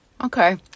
Okay